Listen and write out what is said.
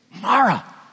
mara